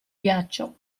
ghiaccio